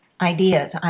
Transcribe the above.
ideas